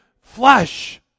flesh